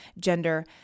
gender